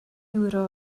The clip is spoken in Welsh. ewro